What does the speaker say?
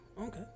okay